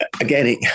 again